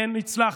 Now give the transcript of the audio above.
כן, הצלחת.